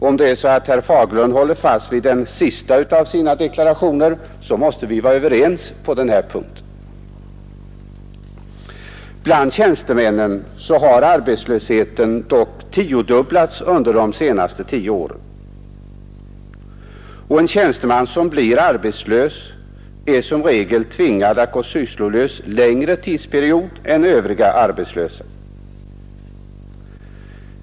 Om herr Fagerlund håller fast vid den sista av sina deklarationer måste vi vara överens på den här punkten. Bland tjänstemännen har arbetslösheten tiodubblats under de senaste tio åren. En tjänsteman som blir arbetslös är som regel tvingad att gå sysslolös längre tidsperiod än övriga arbetslösa.